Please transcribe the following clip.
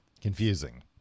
confusing